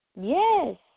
Yes